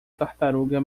tartaruga